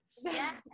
Yes